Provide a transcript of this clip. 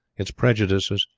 its prejudices,